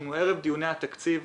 אנחנו ערב דיוני התקציב.